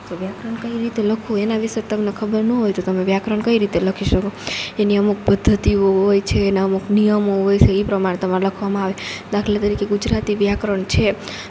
તો વ્યાકરણ કઈ રીતે લખવું એના વિશે તમને ખબર ન હોય તો તમે વ્યાકરણ કઈ રીતે લખી શકો એની અમુક પદ્ધતિઓ હોય છે એના અમુક નિયમો હોય ઈ પ્રમાણે તેમાં લખવામાં આવે દાખલા તરીકે ગુજરાતી વ્યાકરણ છે